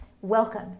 Welcome